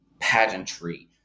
pageantry